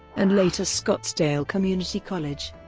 and later scottsdale community college.